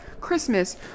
Christmas